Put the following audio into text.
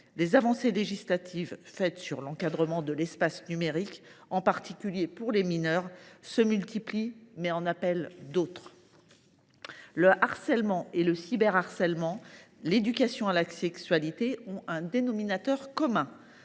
Les avancées législatives sur l’encadrement de l’espace numérique, en particulier pour les mineurs, se multiplient et en appellent d’autres. Le harcèlement, le cyberharcèlement et l’éducation à la sexualité ont un point commun